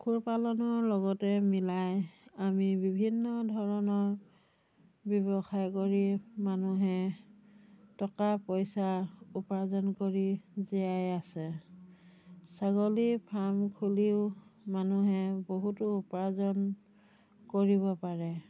পশুপালনৰ লগতে মিলাই আমি বিভিন্ন ধৰণৰ ব্যৱসায় কৰি মানুহে টকা পইচা উপাৰ্জন কৰি জীয়াই আছে ছাগলী ফাৰ্ম খুলিও মানুহে বহুতো উপাৰ্জন কৰিব পাৰে